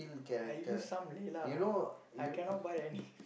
I use some lah lah I cannot buy any